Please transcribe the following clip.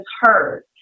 heard